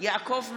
יעקב מרגי,